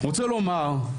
רוצה לומר,